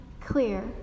clear